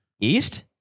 East